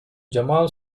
jamal